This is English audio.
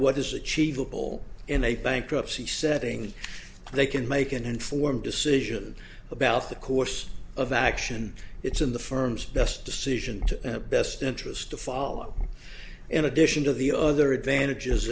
achievable in a bankruptcy setting they can make an informed decision about the course of action it's in the firm's best decision to best interest to follow in addition to the other advantages